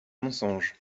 mensonge